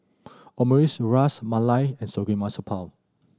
Omurice Ras Malai and Samgeyopsal